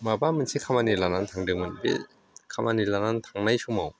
माबा मोनसे खामानि लानानै थांदोंमोन बे खामानि लानानै थांनाय समाव